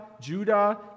Judah